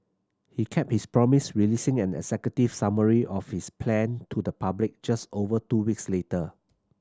he kept his promise releasing and a executive summary of his plan to the public just over two weeks later